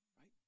right